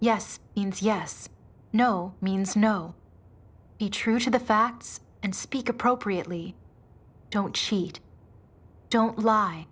yes yes no means no be true to the facts and speak appropriately don't cheat don't lie